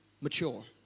mature